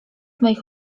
moich